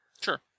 Sure